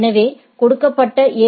எனவே கொடுக்கப்பட்ட ஏ